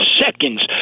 seconds